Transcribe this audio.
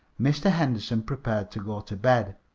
mr. henderson prepared to go to bed.